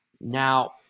Now